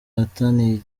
ahataniye